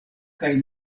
kaj